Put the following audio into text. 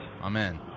Amen